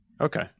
Okay